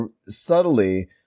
subtly